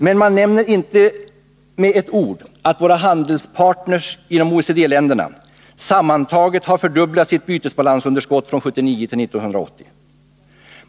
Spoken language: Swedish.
Men man nämner inte ett ord om att våra handelspartner inom OECD-länderna sammantaget har fördubblat sitt bytesbalansunderskott från 1979 till 1980.